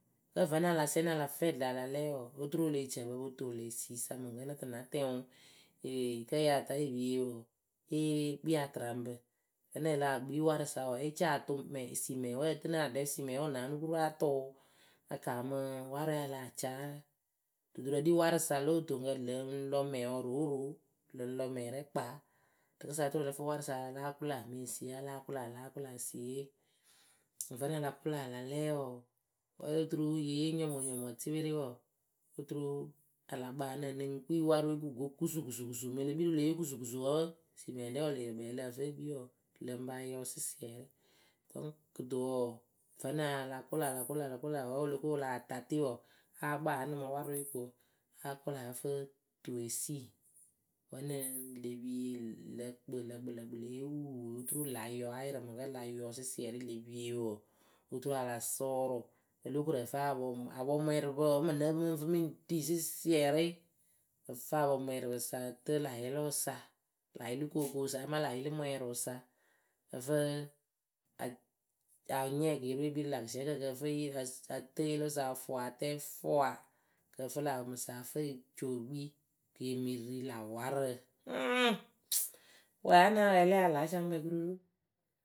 Kǝ́ vǝ́nɨŋ a la siɛnɩ a la fɛɛɖɨ a la lɛɛ wɔɔ, oturu e leh ci ǝ pǝ o po toŋ lë esiisa mɨŋ kǝ́ nǝ tɨ na tɛŋ wɨ, ee kǝ́ yah ta yɨ pie wɔɔ, ée kpii atɨraŋbǝ, vǝ́nɨŋ lah kpii warɨsa wɔɔ e ce atʊʊ mɛŋ simɛŋwe ǝ tɨnɨ aɖɛ simɛŋwe wɨ naanɨ kururu áa tʊʊ a kaamɨ warɨwe a lah caa rɨ duturǝ ɖi warɨsa lo otoŋkǝ lɨŋ lɔ mɛŋwǝ rooroo, lɨŋ lɔ mɛŋwɨrɛ kpaa. Rɨkɨsa oturu ǝ lǝ fɨ warɨsa a láa kʊla mɨ esiye a láa kula láa kʊla esiye vǝ́nɨŋ a la kʊla a la lɛɛ wɔɔ, ǝ́ǝ turu ye yee nyɔmɔnyɔmɔ tɩpɩrɩ wɔɔ, oturu a la kpaaǝnɨ ǝ nɨŋ kpii warɨwe kɨ go kusu kusu kusu, mɨŋ e le kpii rɨ wǝ́ le yee kusu kusu wǝ́ simɛŋɖɛ wɨ lee kpɛɛ ǝ lǝh fɨ e kpii wɔɔ, lɨŋ pa yɔ sɩsiɛrɩ, kuto wɔɔ, vǝ́nɨŋ a la kʊla, la kʊla la kʊla wǝ́ wɨ lo ko wɨ lah ta tɩ wɔɔ, áa kpaa ǝnɨ mɨ warɨwe ko áa kʊla ǝ́ǝ fɨ tuwe sii. Vǝ́nɨŋ le pie, lǝ kpɨ lǝ kpɨ, lǝ kpɨ le yee wuuu oturu la yɔ áa yɩrɩ mɨŋ kǝ́ la yɔ sɨsiɛrɩ le pie wɔɔ, oturu a la sʊʊrʊ. Olóo koru ǝfɨ apɔŋ m apɔŋmwɛɛrɨpǝ wǝ́ ŋmɨ nǝ́ǝ pɨ mɨ ŋ fɨ mɨ ŋ ri sɨsiɛrɩ, ǝ fɨ apɔŋmwɛɛrɨpɨsa ǝ tɨɨ lä yɩlʊʊsa, lä yɩlɩkookoowɨsa ama lä yɩlɩmwɛɛrɨwɨsa ǝ fǝǝ at ya mɨ nyɛɛ keeriwe ekpii rɨ lä kɨsiɛkǝ kɨ ǝ fɨ yɩ ǝ ǝ tɨɨ yɩlɩwɨsa a fʊʊ a tɛɛ fwa, kɨ ǝ fɨ lä apɔŋpɨsa ǝ fɨ e cookpii. Kɨ e mɨ ri lä warǝ hɨɨŋ! wǝ aa na wɛɛlɩ a láa ca mɨ kpɛɛ kururu.